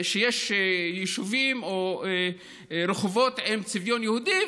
שיש יישובים או רחובות עם צביון יהודי,